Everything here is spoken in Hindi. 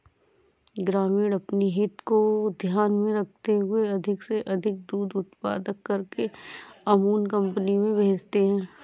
ग्रामीण अपनी हित को ध्यान में रखते हुए अधिक से अधिक दूध उत्पादन करके अमूल कंपनी को भेजते हैं